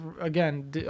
Again